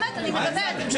מה הצעתם?